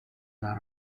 dal